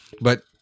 But-